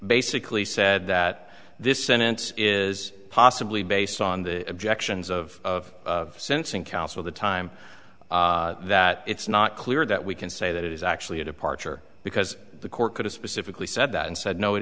basically said that this sentence is possibly based on the objections of sensing counsel the time that it's not clear that we can say that it is actually a departure because the court could have specifically said that and said no it